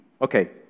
okay